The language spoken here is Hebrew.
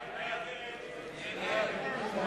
אבל